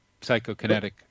psychokinetic